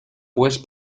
pues